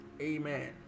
Amen